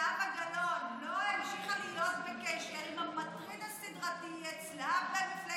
וזהבה גלאון לא המשיכה להיות בקשר עם המטריד הסדרתי אצלה במפלגת מרצ?